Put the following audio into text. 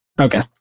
Okay